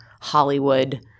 Hollywood